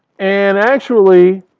and actually,